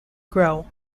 grow